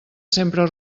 sempre